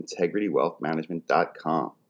integritywealthmanagement.com